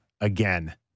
again